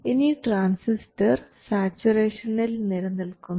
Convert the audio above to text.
ഇനി ട്രാൻസിസ്റ്റർ സാച്ചുറേഷനിൽ നിലനിൽക്കുന്നു